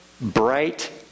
bright